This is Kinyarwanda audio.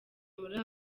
muri